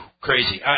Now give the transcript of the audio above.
Crazy